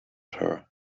her